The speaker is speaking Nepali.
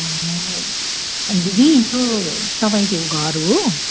दिदी यो तपाईँको घर हो